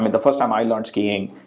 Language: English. the first time i learned skiing,